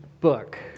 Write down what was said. book